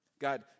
God